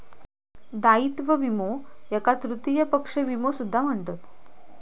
दायित्व विमो याका तृतीय पक्ष विमो सुद्धा म्हणतत